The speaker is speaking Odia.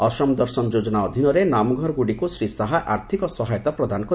ଅସମ୍ ଦର୍ଶନ୍ ଯୋଜନା ଅଧୀନରେ ନାମଘରଗୁଡ଼ିକୁ ଶ୍ରୀ ଶାହା ଆର୍ଥିକ ସହାୟତା ପ୍ରଦାନ କରିଛନ୍ତି